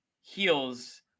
heals